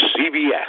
CBS